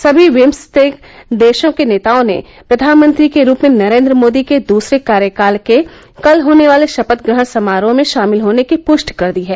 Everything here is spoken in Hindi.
सभी विम्सटेक देशों के नेताओं ने प्रधानमंत्री के रूप में नरेंद्र मोदी के दूसरे कार्यकाल के कल होने वाले शपथग्रहण समारोह में शामिल होने की पुष्टि कर दी है